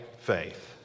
faith